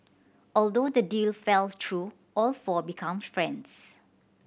although the deal fell through all four become friends